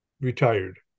retired